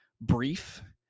brief